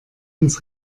ins